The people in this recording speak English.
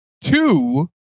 two